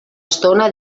estona